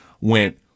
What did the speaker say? went